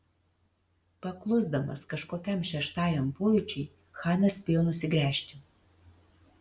paklusdamas kažkokiam šeštajam pojūčiui chanas spėjo nusigręžti